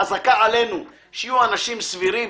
חזקה עלינו שיהיו אנשים סבירים